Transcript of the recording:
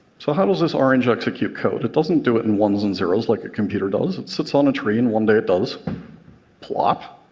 so how does this orange execute code? it doesn't do it in ones and zeroes like a computer does. it sits on a tree, and one and does plop!